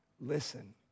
listen